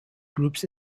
groups